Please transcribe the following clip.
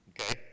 Okay